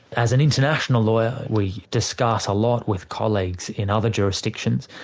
as an international lawyer, we discuss a lot with colleagues in other jurisdictions,